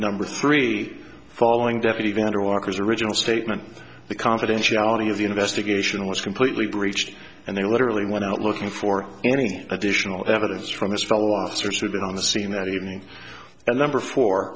number three following deputy vander walker's original statement the confidentiality of the investigation was completely breached and they literally went out looking for any additional evidence from his fellow officers who've been on the scene that evening and number four